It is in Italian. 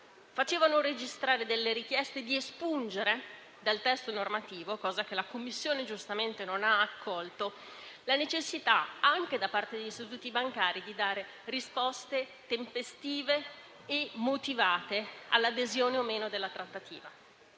Facevano registrare richieste di espungere dal testo normativo, cosa che la commissione giustamente non ha accolto, la necessità anche da parte degli istituti bancari di dare risposte tempestive e motivate all'adesione o meno della trattativa.